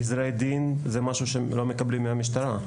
גזרי דין זה משהו שלא מקבלים מהמשטרה.